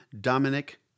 Dominic